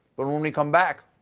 but when we come back,